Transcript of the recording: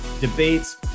debates